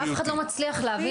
שאף אחד לא מצליח להבין,